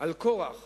על קורח